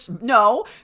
no